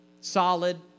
solid